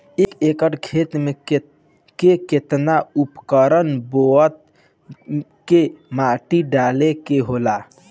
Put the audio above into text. एक एकड़ खेत में के केतना उर्वरक बोअत के माटी डाले के होला?